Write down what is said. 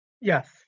Yes